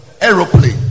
Aeroplane